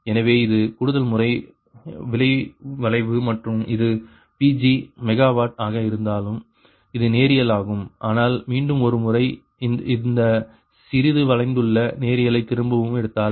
எனவே அது கூடுதல்முறை விலை வளைவு மற்றும் இது Pg மெகாவாட் ஆக இருந்தாலும் இது நேரியல் ஆகும் ஆனால் மீண்டும் ஒரு முறை இந்த சிறிது வளைந்துள்ள நேரியலை திரும்பவும் எடுத்தால்